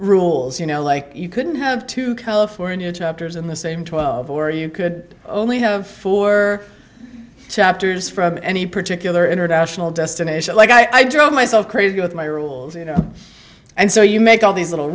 rules you know like you couldn't have two california to afters in the same twelve or you could only have four chapters from any particular international destination like i drove myself crazy with my rules you know and so you make all these little